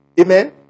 Amen